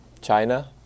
China